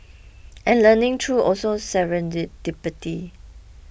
and learning through also